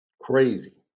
Crazy